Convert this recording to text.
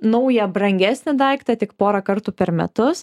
naują brangesnį daiktą tik porą kartų per metus